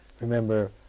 Remember